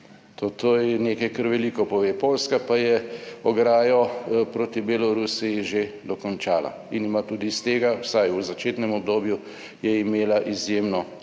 To je nekaj, kar veliko pove. Poljska pa je ograjo proti Belorusiji že dokončala in ima tudi iz tega, vsaj v začetnem obdobju je imela, izjemno